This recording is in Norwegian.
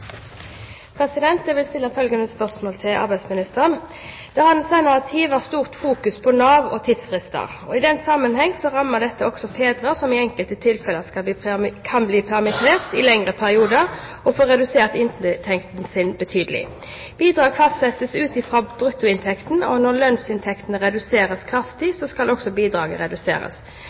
direktøren. Jeg vil stille følgende spørsmål til arbeidsministeren: «Det har den senere tiden vært stort fokus på Nav og tidsfrister. I denne sammenheng så rammer dette også fedre som i enkelte tilfeller blir permittert i lengre perioder og får redusert inntekten sin betydelig. Bidrag fastsettes ut fra bruttoinntekten, og når lønnsinntekten reduseres kraftig, så skal også bidrag reduseres.